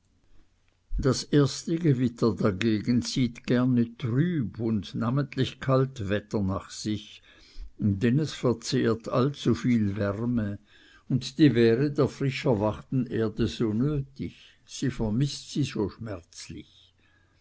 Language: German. das erste gewitter dagegen zieht gerne trüb und namentlich kalt wetter nach sich denn es verzehrt allzu viel wärme und die wäre der frisch erwachten erde so nötig sie vermißt sie so schmerzlich